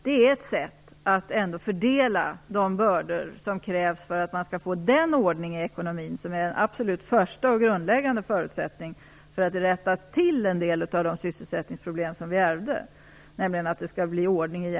Det är ett sätt att fördela de bördor som krävs för att man skall få den ordning i statens affärer som är den absolut första och grundläggande förutsättningen för att rätta till en del av de sysselsättningsproblem som vi ärvde.